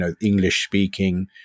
English-speaking